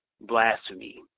blasphemy